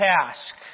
task